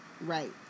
Right